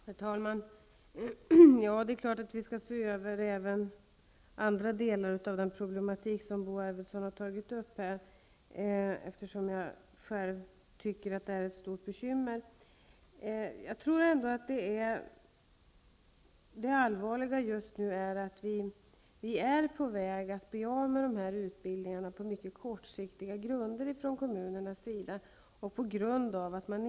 Herr talman! Det är klart att vi skall se över även andra delar av den problematik som Bo Arvidson har tagit upp här. Jag tycker själv att detta är ett stort bekymmer. Det allvarliga just nu är att vi är på väg att bli av med dessa utbildningar. Kommunernas grunder för detta är mycket kortsiktiga.